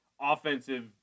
offensive